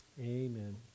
amen